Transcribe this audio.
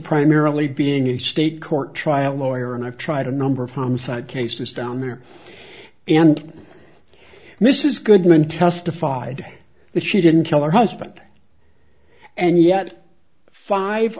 primarily being a state court trial lawyer and i've tried a number of homicide cases down there and this is goodman testified that she didn't kill her husband and yet five